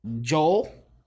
Joel